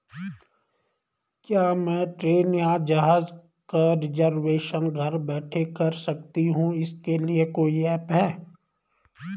क्या मैं ट्रेन या जहाज़ का रिजर्वेशन घर बैठे कर सकती हूँ इसके लिए कोई ऐप है?